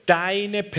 deine